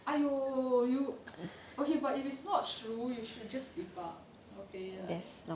!aiyo! you okay but if it's not true you should just debug okay